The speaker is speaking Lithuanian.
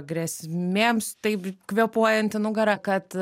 grėsmėms taip kvėpuojant į nugarą kad